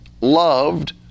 loved